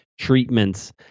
treatments